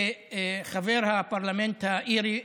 אני רוצה להעלות על נס את חבר הפרלמנט האירי,